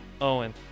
Owen